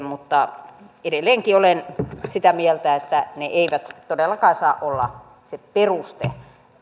mutta edelleenkin olen sitä mieltä että se ei todellakaan saa olla se peruste